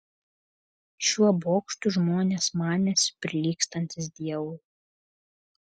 šiuo bokštu žmonės manėsi prilygstantys dievui